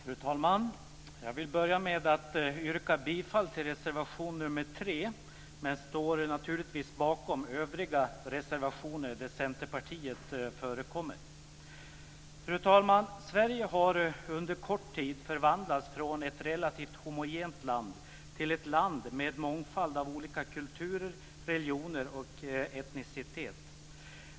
Fru talman! Jag vill börja med att yrka bifall till reservation 3, men jag står naturligtvis också bakom övriga reservationer där Centerpartiet förekommer. Fru talman! Sverige har under kort tid förvandlats från ett relativt homogent land till ett land med en mångfald av olika kulturer, religioner och etnicitet.